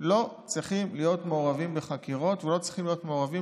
לא צריכים להיות מעורבים בחקירות ולא צריכים להיות מעורבים